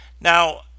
now